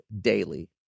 daily